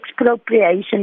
expropriation